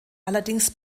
allerdings